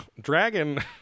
Dragon